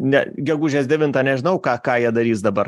ne gegužės devintą nežinau ką ką jie darys dabar